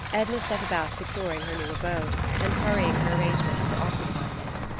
edna set about securing her new abode and hurrying her arrangements for occupying it.